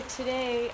today